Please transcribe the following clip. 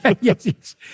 yes